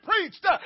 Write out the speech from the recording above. preached